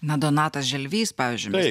na donatas želvys pavyzdžiui taip